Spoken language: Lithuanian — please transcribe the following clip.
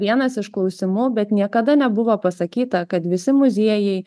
vienas iš klausimų bet niekada nebuvo pasakyta kad visi muziejai